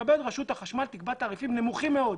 תתכבד רשות החשמל ותקבע תעריפים נמוכים מאוד.